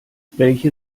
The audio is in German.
welche